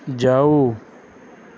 ਜਾਓ